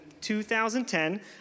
2010